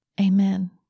Amen